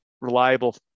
reliable